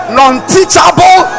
non-teachable